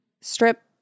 strip